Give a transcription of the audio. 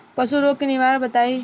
पशु रोग के निवारण बताई?